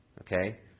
Okay